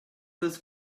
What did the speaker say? this